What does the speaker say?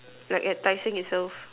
like at tai-seng itself